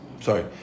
sorry